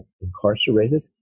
incarcerated